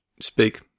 speak